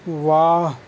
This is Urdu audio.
واہ